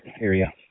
area